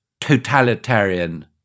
totalitarian